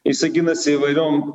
jisai ginasi įvairiom